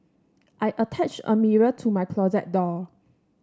I attached a mirror to my closet door